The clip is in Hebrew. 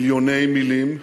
מיליוני מלים,